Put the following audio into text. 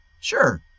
sure